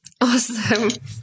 Awesome